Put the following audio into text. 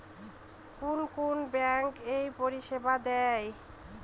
কোন কোন ব্যাঙ্ক এই পরিষেবা দেয়?